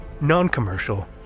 non-commercial